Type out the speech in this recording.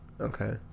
okay